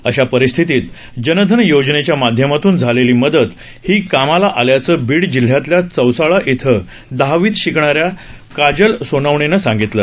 अशा परिस्थितीत जनधन योजनेच्या माध्यमातून झालेली मदत ही कामाला आल्याचं बीड जिल्ह्यातल्या चौसाळा क्वें दहावीत शिकणाऱ्या काजल सोनवणेनं सांगितलं